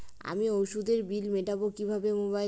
আমি ওষুধের বিল মেটাব কিভাবে মোবাইলে?